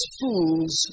fools